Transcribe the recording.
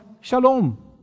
shalom